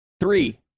Three